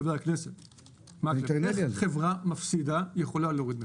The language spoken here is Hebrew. חברה מפסידה יכולה להוריד מחירים.